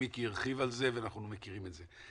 מיקי הרחיב על זה ואנחנו מכירים את זה.